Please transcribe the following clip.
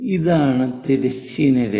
ഇതാണ് തിരശ്ചീന രേഖ